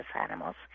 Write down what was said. animals